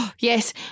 yes